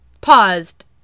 paused